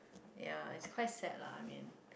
ya it's quite sad lah I mean